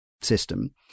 system